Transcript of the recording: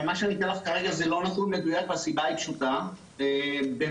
מה שאני אתן לך כרגע זה לא נתון מדויק והסיבה היא פשוטה: במשך